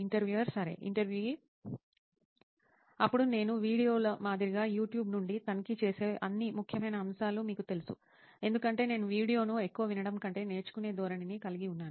ఇంటర్వ్యూయర్సరే ఇంటర్వ్యూఈ అప్పుడు నేను వీడియోల మాదిరిగా యూట్యూబ్ నుండి తనిఖీ చేసే అన్ని ముఖ్యమైన అంశాలు మీకు తెలుసు ఎందుకంటే నేను వీడియోను ఎక్కువ వినడం కంటే నేర్చుకునే ధోరణినిని కలిగి ఉన్నాను